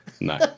No